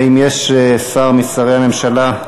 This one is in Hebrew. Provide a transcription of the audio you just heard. האם יש שר משרי הממשלה,